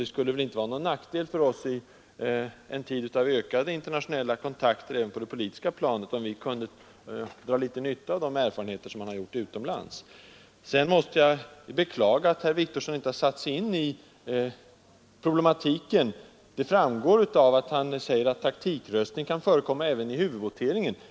Det skulle väl inte vara någon nackdel för oss i en tid av ökade internationella kontakter även på det politiska planet, om vi kunde dra nytta av de erfarenheter som har gjorts utomlands. Jag beklagar att herr Wictorsson inte satt sig in i problematiken. Att han inte har gjort det framgår av att han säger att taktikröstning kan förekomma även i huvudvoteringen.